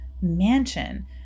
mansion